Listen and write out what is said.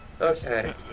Okay